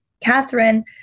Catherine